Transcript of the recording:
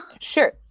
Sure